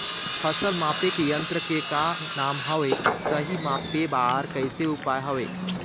फसल मापे के यन्त्र के का नाम हवे, सही मापे बार कैसे उपाय हवे?